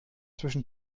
zwischen